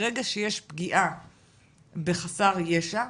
ברגע שיש פגיעה בחסר ישע,